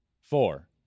four